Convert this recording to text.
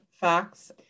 facts